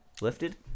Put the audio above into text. lifted